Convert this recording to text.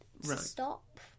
Stop